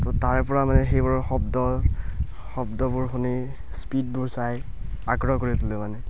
তো তাৰপৰা মানে সেইবোৰৰ শব্দ শব্দবোৰ শুনি স্পীডবোৰ চাই আগ্ৰহ কৰি তুলে মানে